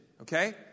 Okay